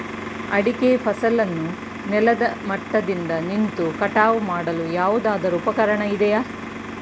ಅಡಿಕೆ ಫಸಲನ್ನು ನೆಲದ ಮಟ್ಟದಿಂದ ನಿಂತು ಕಟಾವು ಮಾಡಲು ಯಾವುದಾದರು ಉಪಕರಣ ಇದೆಯಾ?